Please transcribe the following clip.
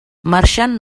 marxant